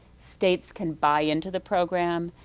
states can buy into the program,